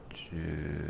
to